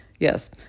Yes